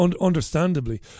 understandably